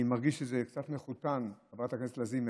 אני מרגיש קצת מחותן, חברת הכנסת לזימי.